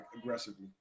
aggressively